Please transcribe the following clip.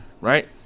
right